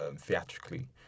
theatrically